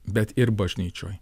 bet ir bažnyčioj